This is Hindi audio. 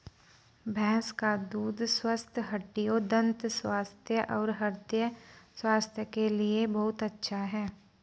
भैंस का दूध स्वस्थ हड्डियों, दंत स्वास्थ्य और हृदय स्वास्थ्य के लिए बहुत अच्छा है